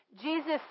Jesus